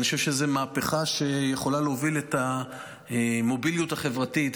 אני חושב שזו מהפכה שיכולה להוביל את המוביליות החברתית,